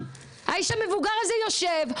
האיש המבוגר הזה יושב,